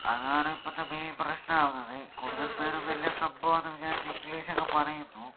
അതാണ് ഇപ്പോഴത്തെ മെയിൻ പ്രശ്നമാവുന്നത് കൂടുതൽ പേരും വലിയ സംഭവമാണെന്ന് വിചാരിച്ച് ഇംഗ്ലീഷൊക്കെ പറയുന്നു